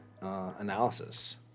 analysis